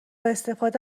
استفاده